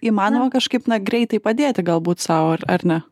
įmanoma kažkaip na greitai padėti galbūt sau ar ar ne